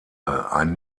ein